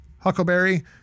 Huckleberry